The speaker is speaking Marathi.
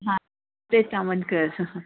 हां तेच